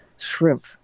shrimp